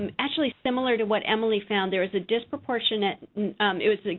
um actually, similar to what emily found, there was a disproportionate it was, like,